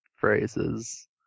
phrases